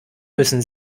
müssen